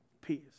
peace